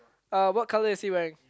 uh what colour is he wearing